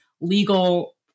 legal